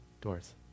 Doors